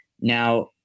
Now